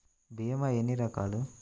భీమ ఎన్ని రకాలు?